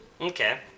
Okay